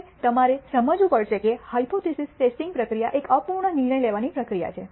હવે તમારે સમજવું પડશે કે હાયપોથીસિસ ટેસ્ટિંગ પ્રક્રિયા એક અપૂર્ણ નિર્ણય લેવાની પ્રક્રિયા છે